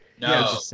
No